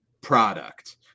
product